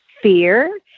fear